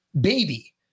baby